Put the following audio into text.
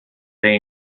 they